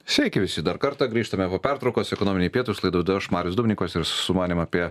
sveiki visi dar kartą grįžtame po pertraukos ekonominiai pietūs laidą vedu aš marius dubnikovas ir su manim apie